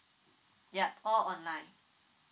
yup all online